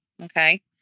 Okay